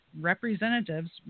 representatives